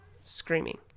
screaming